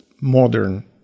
modern